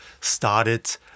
started